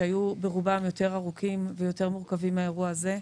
שהיו ברובם יותר ארוכים ויותר מורכבים מהאירוע הזה,